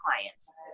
clients